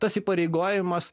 tas įpareigojimas